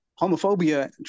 homophobia